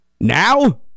Now